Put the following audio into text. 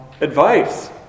advice